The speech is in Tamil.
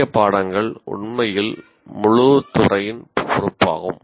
முக்கிய பாடங்கள் உண்மையில் முழு துறையின் பொறுப்பாகும்